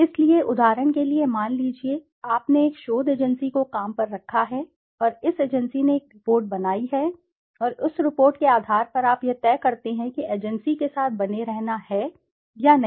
इसलिए उदाहरण के लिए मान लीजिए आपने एक शोध एजेंसी को काम पर रखा है और इस एजेंसी ने एक रिपोर्ट बनाई है और उस रिपोर्ट के आधार पर आप यह तय करते हैं कि एजेंसी के साथ बने रहना है या नहीं